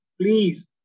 please